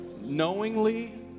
knowingly